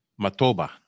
Matoba